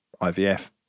IVF